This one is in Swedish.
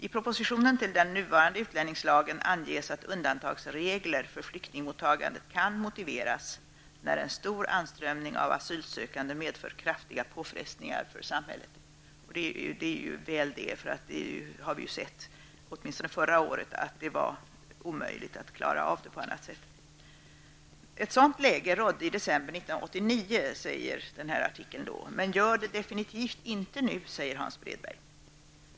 I propositionen till den nuvarande utlänningslagen anges att undantagsregler för flyktingmottagandet kan motiveras när en stor anströmning av asylsökande medför kraftiga påfrestningar för samhället.'' Det är väl att det är så. Åtminstone förra året såg vi att det var omöjligt att klara av det på annat sätt. Ett sådant läge rådde i december 1989, men gör det definitivt inte nu, säger Hans Bredberg.